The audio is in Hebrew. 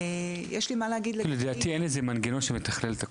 יש לי מה להגיד --- אין איזה מנגנון שמתכלל את הכול?